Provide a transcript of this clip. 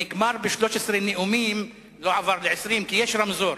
נגמר ב-13 נאומים, ולא היו 20, כי יש רמזור.